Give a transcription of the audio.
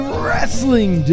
wrestling